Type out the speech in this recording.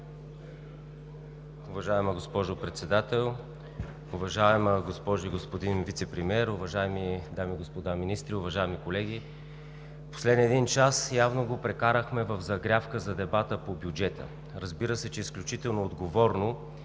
Уважаема госпожо Председател, уважаеми госпожо и господин вицепремиери, уважаеми дами и господа министри, уважаеми колеги! Последният един час явно го прекарахме в загрявка за дебата по бюджета. Разбира се, че е изключително отговорно